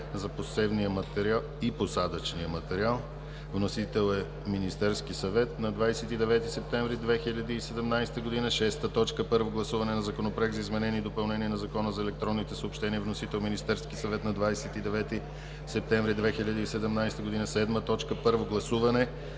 за посевния и посадъчния материал. Вносител: Министерският съвет на 29 септември 2017 г. 6. Първо гласуване на Законопроекта за изменение и допълнение на Закона за електронните съобщения. Вносител: Министерският съвет на 29 септември 2017 г. 7. Първо гласуване